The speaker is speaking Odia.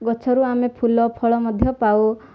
ଗଛରୁ ଆମେ ଫୁଲ ଫଳ ମଧ୍ୟ ପାଉ